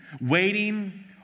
Waiting